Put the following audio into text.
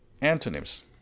Antonyms